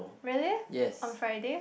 really on Friday